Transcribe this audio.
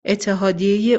اتحادیه